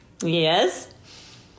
Yes